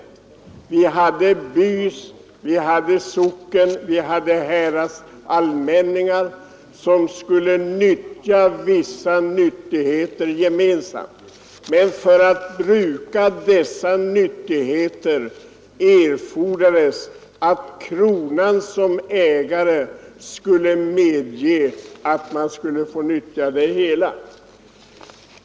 Vi hade by-, sockenoch häradsallmänningar som skulle nyttja vissa nyttigheter gemensamt. Men för att bruka dessa nyttigheter erfordrades att kronan, som ägare, skulle medge nyttjandet.